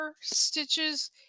stitches